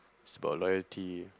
it's about loyalty